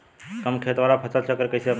कम खेत वाला फसल चक्र कइसे अपनाइल?